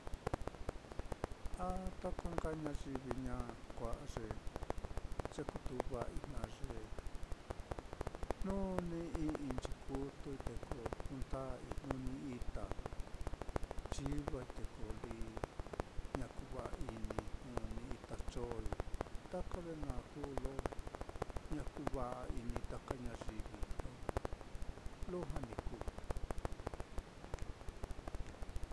A taka nka ñayivi ña kua'a ye, ye kutu va'ai jna ye jnu ni ī'ī nchikutui te ko ku nda'ii jnu ni ita chivai te ko liña kuva'a-inii, jnu ni ita cho-i, taka ye na kuu lo ña kuva'a-ini taka ñayiviso, lujua ni kuu.